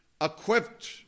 equipped